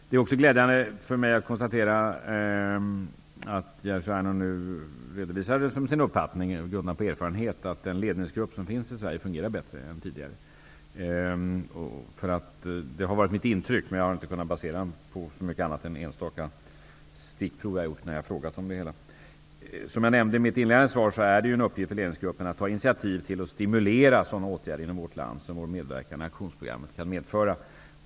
Det är också glädjande för mig att konstatera att Jerzy Einhorn redovisade som sin uppfattning, grundad på erfarenhet, att den ledningsgrupp som finns i Sverige fungerar bättre än tidigare. Det har varit mitt intryck, men jag har inte kunnat basera det på mycket annat än enstaka stickprov i form av frågor. Som jag nämnde i mitt inledande svar har ledningsgruppen i uppdrag att ta initiativ till att stimulera sådana uppgifter inom vårt land som vår medverkan i aktionsprogrammet kan medföra.